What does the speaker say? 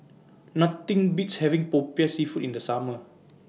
Nothing Beats having Popiah Seafood in The Summer